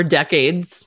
decades